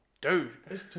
Dude